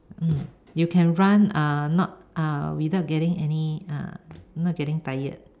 mm you can run uh not uh without getting any uh not getting tired